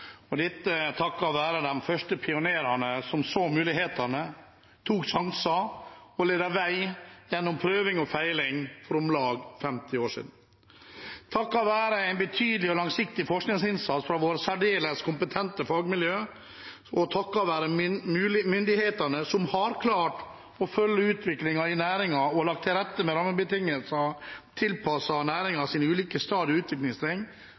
og det takket være de første pionerene som så mulighetene, tok sjanser og viste vei gjennom prøving og feiling for om lag 50 år siden. Nettopp takket være en betydelig og langsiktig forskningsinnsats fra våre særdeles kompetente fagmiljø, og takket være myndighetene, som har klart å følge utviklingen i næringen og lagt til rette med rammebetingelser